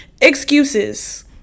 Excuses